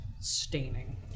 staining